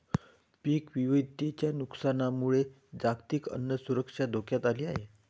पीक विविधतेच्या नुकसानामुळे जागतिक अन्न सुरक्षा धोक्यात आली आहे